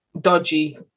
dodgy